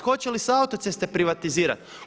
Hoće li se autoceste privatizirati?